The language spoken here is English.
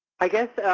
i guess